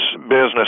business